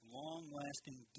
long-lasting